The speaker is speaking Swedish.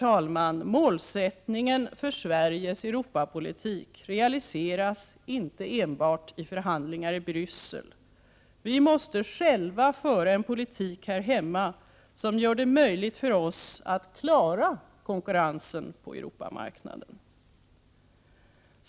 Återigen, målsättningen för Sveriges Europapolitik realiseras inte enbart i förhandlingar i Bryssel. Vi måste själva föra en politik här hemma som gör det möjligt för oss att klara konkurrensen på Europamarknaden.